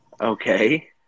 Okay